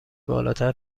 بالاتر